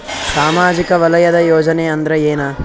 ಸಾಮಾಜಿಕ ವಲಯದ ಯೋಜನೆ ಅಂದ್ರ ಏನ?